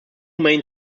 main